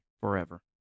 forever